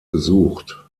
gesucht